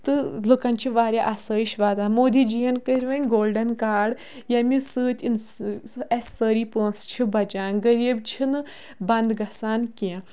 تہٕ لُکَن چھِ واریاہ آسٲیِش واتان مودی جی یَن کٕرۍ وۄنۍ گوٚلڈَن کاڈ ییٚمہِ سۭتۍ اسہِ سٲری پونٛسہٕ چھُ بَچان غریٖب چھِنہٕ بَنٛد گَژھان کینٛہہ